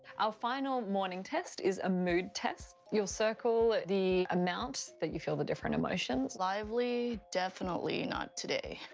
our final morning test is a mood test. you'll circle the amount that you feel the different emotions. lively? definitely not today.